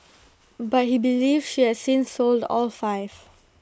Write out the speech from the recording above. but he believes she has since sold all five